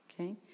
okay